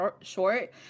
Short